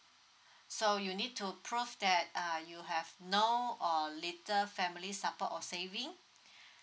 so you need to prove that uh you have no or letter family support or saving